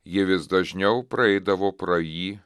ji vis dažniau praeidavo pro jį